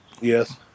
Yes